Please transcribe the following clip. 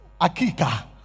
Akika